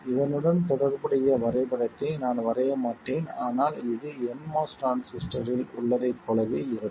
இதனுடன் தொடர்புடைய வரைபடத்தை நான் வரையமாட்டேன் ஆனால் இது nMOS டிரான்சிஸ்டரில் உள்ளதைப் போலவே இருக்கும்